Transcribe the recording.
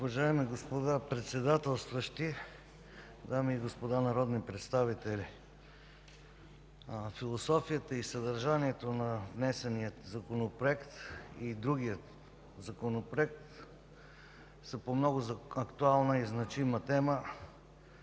ТАНЕВ: Уважаеми господа председателстващи, дами и господа народни представители! Философията и съдържанието на внесения Законопроект и другия Законопроект са по много актуална и значима тема.